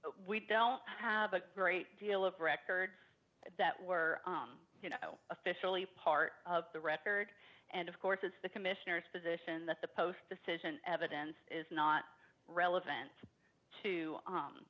we don't have a great deal of records that were officially part of the record and of course it's the commissioner's position that the post decision evidence is not relevant to